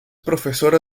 profesora